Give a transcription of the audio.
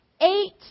eight